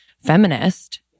feminist